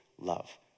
Love